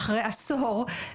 אחרי עשור,